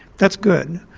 that's good,